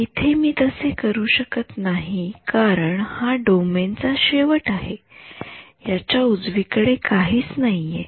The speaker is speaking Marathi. इथे मी तसे करू शकत नाही कारण हा डोमेन चा शेवट आहे याच्या उजवी कडे काहीच नाहीये